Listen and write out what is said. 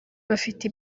bafite